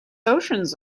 oceans